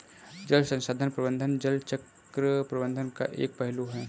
जल संसाधन प्रबंधन जल चक्र प्रबंधन का एक पहलू है